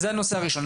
זה הנושא הראשון.